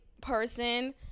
person